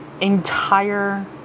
entire